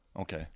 Okay